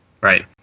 Right